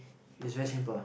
is very simple